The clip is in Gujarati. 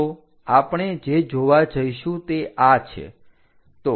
તો આપણે જે જોવા જઈશું તે આ છે